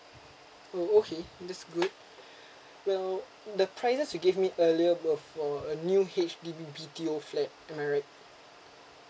oh okay that's good well the prices you gave me earlier of uh the new H_D_B B_T_O flat am I right